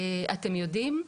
אתם יודעים,